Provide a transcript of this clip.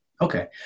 Okay